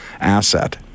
asset